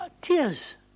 tears